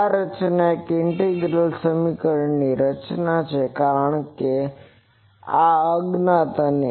તો આ રચના એક ઇન્ટિગ્રલ સમીકરણ રચના છે કારણ કે આ અજ્ઞાત છે